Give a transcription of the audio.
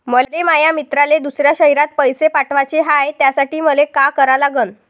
मले माया मित्राले दुसऱ्या शयरात पैसे पाठवाचे हाय, त्यासाठी मले का करा लागन?